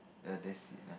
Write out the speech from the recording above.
ya that's it lah